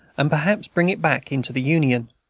and perhaps bring it back into the union.